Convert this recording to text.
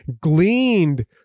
gleaned